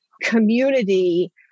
community